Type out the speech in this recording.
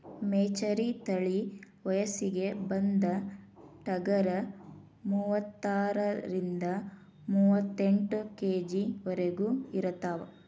ಮೆಚರಿ ತಳಿ ವಯಸ್ಸಿಗೆ ಬಂದ ಟಗರ ಮೂವತ್ತಾರರಿಂದ ಮೂವತ್ತೆಂಟ ಕೆ.ಜಿ ವರೆಗು ಇರತಾವ